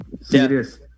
serious